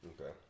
Okay